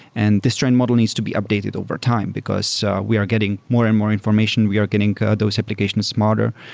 and this trained model needs to be updated overtime because we are getting more and more information. we are getting those application smarter.